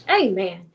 Amen